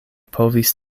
povis